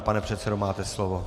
Pane předsedo, máte slovo.